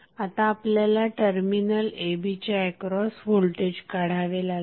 आता आपल्याला terminal a b च्या एक्रॉस व्होल्टेज काढावे लागेल